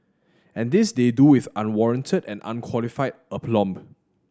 and this they do with unwarranted and unqualified aplomb